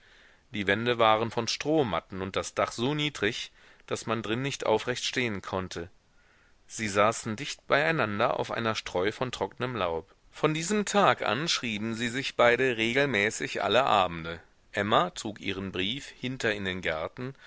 die wände waren von strohmatten und das dach so niedrig daß man drin nicht aufrecht stehen konnte sie saßen dicht beieinander auf einer streu von trocknem laub von diesem tag an schrieben sie sich beide regelmäßig alle abende emma trug ihren brief hinter in den garten